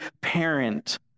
parent